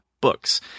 books